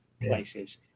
places